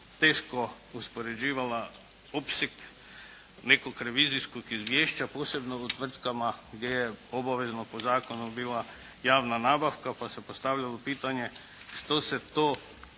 teško uspoređivala opseg nekog revizijskog izvješća, posebno u tvrtkama gdje je obavezno po zakonu bila javna nabavka. Pa se postavljalo pitanje što je to